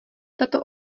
tato